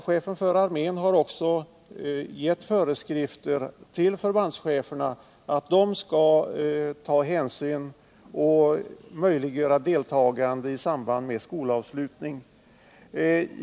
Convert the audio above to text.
Chefen för armén har också föreskrivit att förbandscheferna skall möjliggöra deltagande vid skolavslutning.